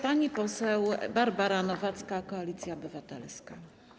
Pani poseł Barbara Nowacka, Koalicja Obywatelska.